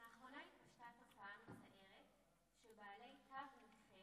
לאחרונה התפשטה תופעה מצערת של בעלי תו נכה